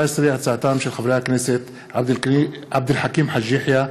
בהצעתם של חברי הכנסת עבד אל חכים חאג' יחיא,